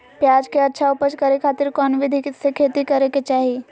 प्याज के अच्छा उपज करे खातिर कौन विधि से खेती करे के चाही?